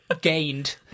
Gained